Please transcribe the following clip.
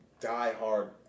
die-hard